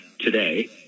today